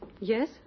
Yes